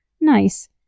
Nice